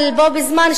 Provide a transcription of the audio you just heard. אבל בו בזמן,